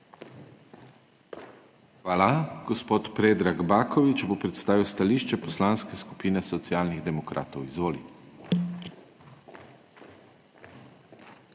Hvala. Gospod Predrag Baković bo predstavil stališče Poslanske skupine Socialnih demokratov. Izvoli.